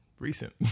Recent